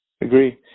Agree